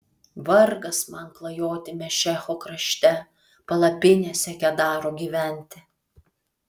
vargas man klajoti mešecho krašte palapinėse kedaro gyventi